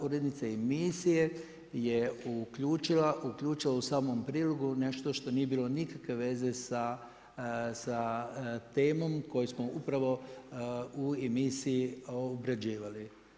Urednica emisije je uključila u samom prilogu nešto što nije bilo nikakve veze sa temom koju smo upravo u emisiji obrađivali.